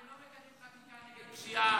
אתם לא מקדמים חקיקה נגד פשיעה.